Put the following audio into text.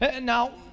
Now